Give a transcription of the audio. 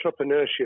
entrepreneurship